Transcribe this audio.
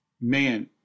man